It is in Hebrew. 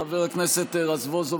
חבר הכנסת רזבוזוב,